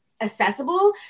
accessible